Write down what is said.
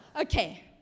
Okay